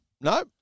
No